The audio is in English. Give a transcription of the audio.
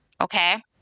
okay